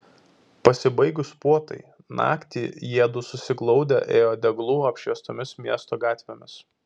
pasibaigus puotai naktį jiedu susiglaudę ėjo deglų apšviestomis miesto gatvėmis